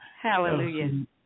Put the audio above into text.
Hallelujah